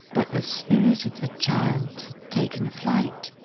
but the spirit of the child had taken flight.